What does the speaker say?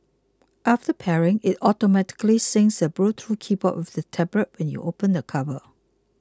after pairing it automatically syncs the Bluetooth keyboard with the tablet when you open the cover